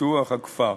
ופיתוח הכפר.